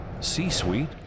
C-Suite